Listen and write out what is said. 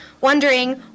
wondering